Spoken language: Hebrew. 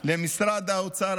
למשרד האוצר,